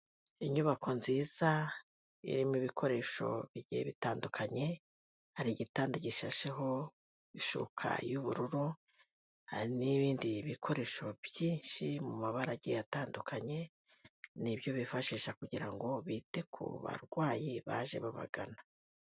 Inyubako nziza, irimo ibikoresho bigiye bitandukanye, hari igitanda gishasheho ishuka y'ubururu, hari n'ibindi bikoresho byinshi mu mabara agiye atandukanye ni ibyo bifashisha kugira ngo bite ku barwayi baje babagana.